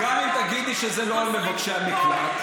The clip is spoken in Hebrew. גם אם תגידי שזה לא על מבקשי המקלט,